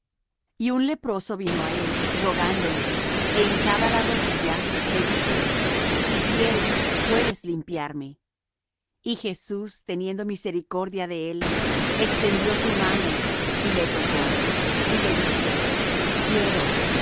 y un leproso vino á él rogándole é hincada la rodilla le dice si quieres puedes limpiarme y jesús teniendo misericordia de él extendió su mano y le tocó y le dice quiero